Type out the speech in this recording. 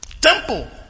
Temple